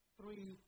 three